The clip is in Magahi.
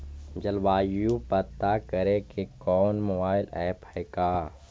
जलवायु पता करे के कोइ मोबाईल ऐप है का?